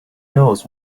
knows